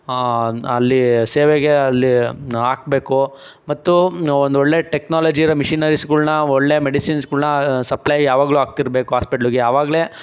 ಅಲ್ಲಿ ಸೇವೆಗೆ ಅಲ್ಲಿ ಹಾಕಬೇಕು ಮತ್ತು ಒಂದು ಒಳ್ಳೆ ಟೆಕ್ನಲಾಜಿರೋ ಮೆಷಿನರಿಸ್ಗಳನ್ನ ಒಳ್ಳೆ ಮೆಡಿಸಿನ್ಸ್ಗಳನ್ನ ಸಪ್ಲೈ ಯಾವಾಗಲೂ ಆಗ್ತಿರಬೇಕು ಹಾಸ್ಪಿಟ್ಲಿಗೆ ಆವಾಗಲೇ